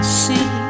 see